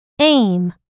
aim